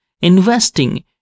investing